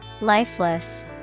Lifeless